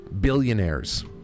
billionaires